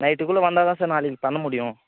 நைட்டுக்குள்ளே வந்தால் தான் சார் நாளைக்கு பண்ணமுடியும்